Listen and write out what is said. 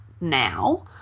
now